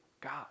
God